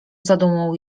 zadumą